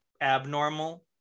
abnormal